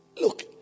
Look